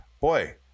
boy